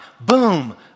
Boom